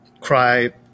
cry